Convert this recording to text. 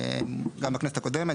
גם בכנסת הקודמת,